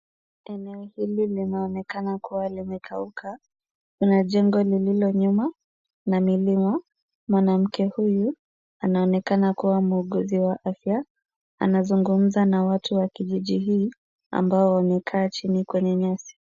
Eneo hili linaonekana kuwa limekauka. Kuna jengo lililonyuma na milima. Mwanamke huyu anaonekana kuwa muuguzi wa afya anazungumza na watu wa kijiji hii ambao wamekaa chini kwenye nyasi.